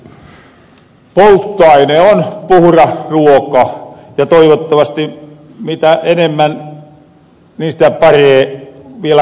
ihmisen polttoaine on puhras ruoka ja toivottavasti mitä enemmän niin sitä paree vielä kotimaanen